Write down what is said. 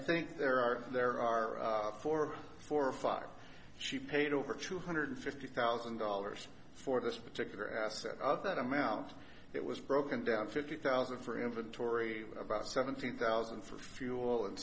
think there are there are four or five she paid over two hundred fifty thousand dollars for this particular asset of that amount it was broken down fifty thousand for inventory about seventeen thousand for fuel and